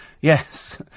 Yes